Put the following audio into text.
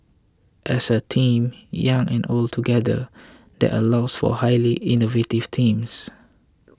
as a team young and old together that allows for highly innovative teams